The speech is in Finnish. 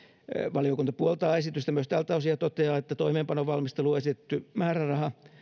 valiokunta puoltaa esitystä myös tältä osin ja toteaa että toimeenpanon valmisteluun esitetty määräraha